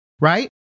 right